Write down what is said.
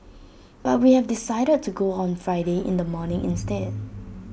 but we have decided to go on Friday in the morning instead